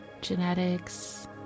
genetics